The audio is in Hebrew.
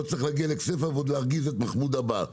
לא צריך להגיע לכסייפה ולהרגיז את מנסור עבאס,